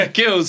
Kills